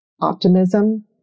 optimism